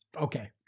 okay